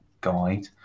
guide